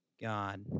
God